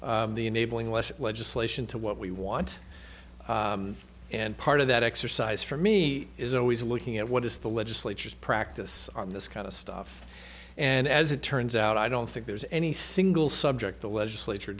the enabling less legislation to what we want and part of that exercise for me is always looking at what is the legislature's practice on this kind of stuff and as ns out i don't think there's any single subject the legislature